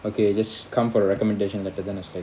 okay just come for a recommendation letter then I said